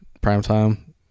primetime